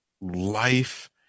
life